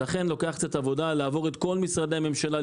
לכן לוקח קצת עבודה לעבור את כל משרדי הממשלה,